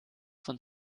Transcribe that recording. von